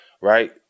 right